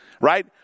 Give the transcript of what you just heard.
right